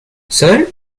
seul